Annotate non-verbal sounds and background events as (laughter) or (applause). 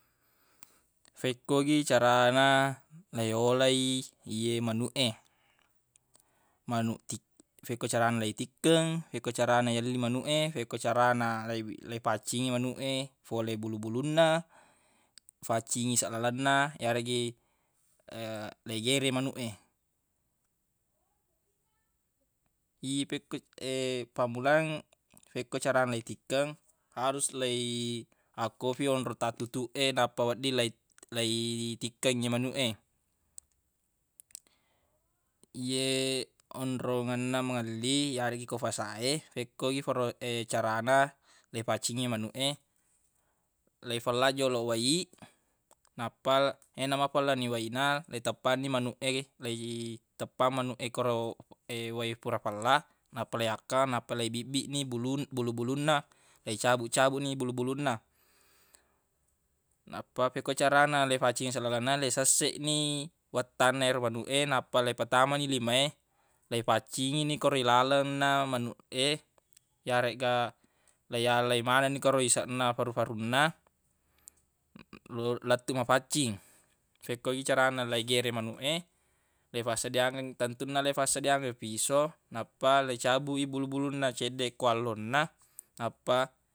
Fekko gi carana nayolai ye manuq e manuq tik- fokko carana leitikkeng fekko carana yelli manuq e fekko carana lei- leifaccingi manuq e fole bulu-bulunna faccingi iseq lalenna yareggi (hesitation) leigereq manuq e (noise) ipekkoi- (hesitation) fammulang fekko carana leitikkeng harus lei- akko fi onrong tattutuq e nappa wedding lei- leitikkeng ye manuq e ye onrongenna melli yareggi ko fasa e fekko gi fa ro (hesitation) carana leifaccingi ye manuq e leifellang joloq wai nappa ye mafella ni wai na leiteppanni manuq e leiteppang manuq e koro (hesitation) wai fura fella nappa leiyakka nappa leibibbiq ni bulu- bulu-bulunnaleicabuq-cabuq ni bulu-bulunna (noise) nappa fekko carana leifaccingi iseq lalenna leisesseq ni wettanna ero manuq e nappa leipatamani lima e leifaccingi ni koro ilalenna manuq e yaregga leiyalai manenni koro iseq na faru-farunna (hesitation) lettuq mafaccing fekko gi carana leigereq manuq e leifassediangen tentunna leifassediangeng fiso nappa leicabuq i bulu-bulunna ceddeq ko alonna nappa.